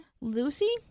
Lucy